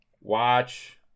Watch